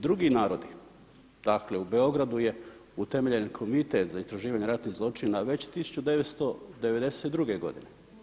Drugi narodi, dakle u Beogradu je utemeljen Komitet za istraživanje ratnih zločina već 1992. godine.